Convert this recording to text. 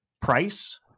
price